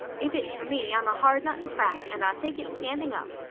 if it's for me, i'm a hard nut to crack and i take it standing up.